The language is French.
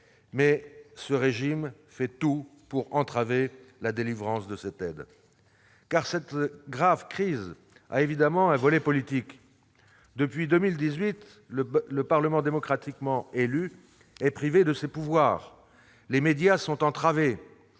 Mais le régime fait tout pour entraver les secours. En effet, cette grave crise a évidemment un volet politique. Depuis 2018, le Parlement démocratiquement élu est privé de ses pouvoirs, les médias sont entravés